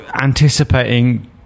anticipating